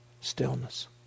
stillness